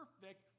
perfect